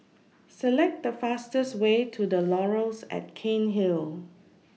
Select The fastest Way to The Laurels At Cairnhill